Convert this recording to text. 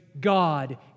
God